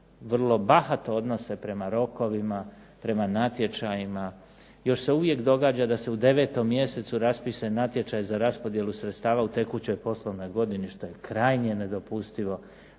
vrlo bahato odnose prema rokovima, prema natječajima. Još se uvijek događa da se u 9. mjesecu raspiše natječaj za raspodjelu sredstava u tekućoj poslovnoj godini što je krajnje nedopustivo,